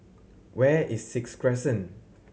where is Sixth Crescent